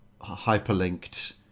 hyperlinked